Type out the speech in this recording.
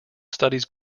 studies